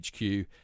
HQ